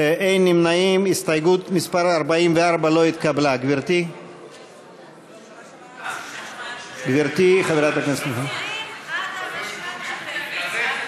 ההסתייגות של קבוצת סיעת המחנה הציוני (יצחק הרצוג) לסעיף תקציבי 04,